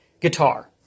guitar